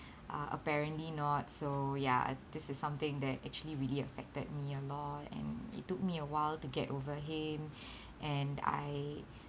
uh apparently not so ya this is something that actually really affected me a lot and it took me a while to get over him and I